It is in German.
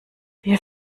wir